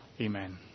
Amen